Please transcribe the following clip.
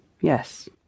yes